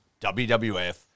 WWF